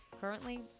Currently